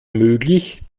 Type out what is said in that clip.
möglich